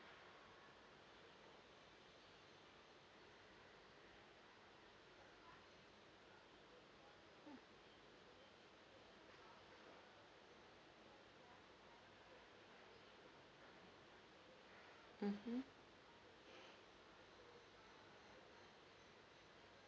mmhmm